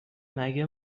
مگه